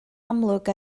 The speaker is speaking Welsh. amlwg